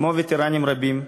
כמו וטרנים רבים,